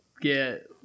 get